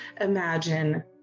imagine